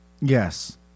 Yes